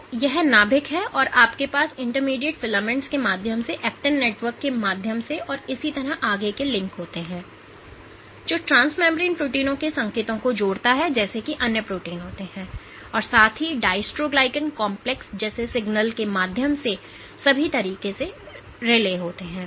तो यह नाभिक है और आपके पास इंटरमीडिएट फिलामेंट्स के माध्यम से एक्टिन नेटवर्क के माध्यम से और इसी तरह आगे के लिंक होते हैं जो ट्रांसमीमब्रोन प्रोटीनों के संकेतों को जोड़ता है जैसे कि अन्य प्रोटीन होते हैं और साथ ही डायस्ट्रोग्लीकैन कॉम्प्लेक्स जैसे सिग्नल के माध्यम से सभी तरह से रिले होते हैं